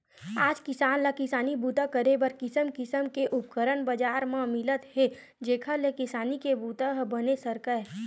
आज किसान ल किसानी बूता करे बर किसम किसम के उपकरन बजार म मिलत हे जेखर ले किसानी के बूता ह बने सरकय